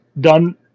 done